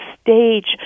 stage